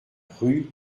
rue